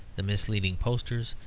the misleading posters,